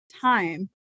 time